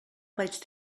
vaig